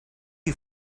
you